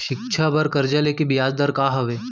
शिक्षा बर कर्जा ले के बियाज दर का हवे?